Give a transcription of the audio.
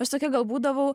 aš tokia gal būdavau